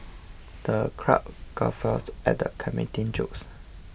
the crowd guffawed at the comedian's jokes